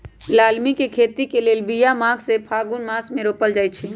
लालमि के खेती लेल बिया माघ से फ़ागुन मास मे रोपल जाइ छै